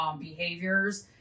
behaviors